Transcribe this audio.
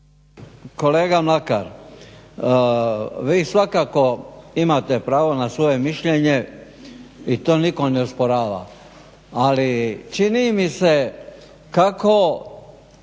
Kolega Mlakar, vi svakako imate pravo na svoje mišljenje i to nitko ne osporava ali čini mi se kako